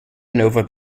nova